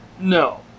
No